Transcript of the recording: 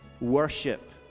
worship